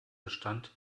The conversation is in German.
bestand